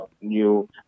new